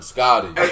Scotty